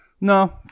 No